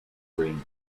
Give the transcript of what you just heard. green